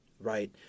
right